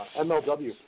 MLW